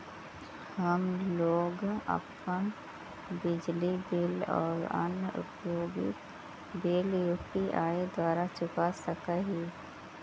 हम लोग अपन बिजली बिल और अन्य उपयोगि बिल यू.पी.आई द्वारा चुका सक ही